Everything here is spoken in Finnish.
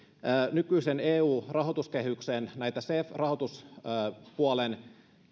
nykyisen eu rahoituskehyksen näitä cef rahoituspuolen